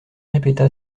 répéta